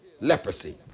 leprosy